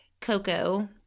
Coco